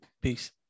Peace